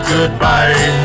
Goodbye